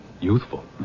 youthful